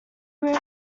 room